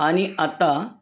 आणि आता